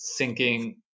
syncing